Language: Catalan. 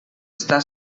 està